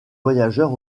voyageurs